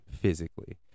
physically